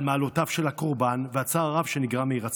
על מעלותיו של הקורבן והצער הרב שנגרם מהירצחו.